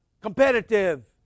Competitive